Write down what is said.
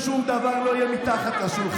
אצלנו שום דבר לא יהיה מתחת לשולחן.